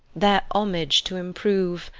their homage to improve,